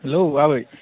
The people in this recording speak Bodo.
हेल्ल' आबै